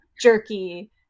jerky